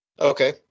Okay